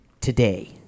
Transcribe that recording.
Today